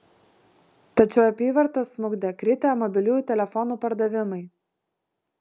tačiau apyvartą smukdė kritę mobiliųjų telefonų pardavimai